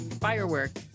Firework